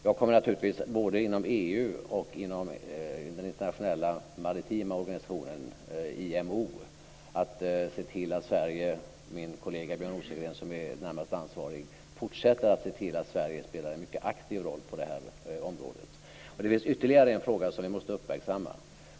Jag kommer naturligtvis både inom EU och i den internationella maritima organisationen IMO att se till att Sverige - med min kollega Björn Rosengren som närmast ansvarig - fortsätter att spela en aktiv roll på området. Det finns ytterligare en fråga som vi måste uppmärksamma.